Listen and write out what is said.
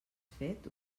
fet